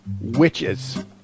witches